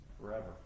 forever